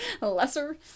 Lesser